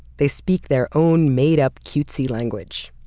they speak their own made-up, cutesy language,